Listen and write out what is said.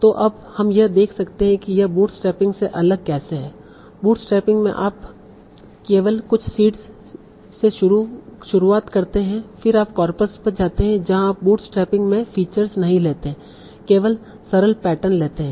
तो अब हम यह देख सकते हैं कि यह बूटस्ट्रैपिंग से अलग कैसे है बूटस्ट्रैपिंग में आप केवल कुछ सीड्स से शुरुआत करते हैं फिर आप कॉर्पस पर जाते हैं यहाँ आप बूटस्ट्रैपिंग में फीचर नहीं लेते हैं केवल सरल पैटर्न लेते हैं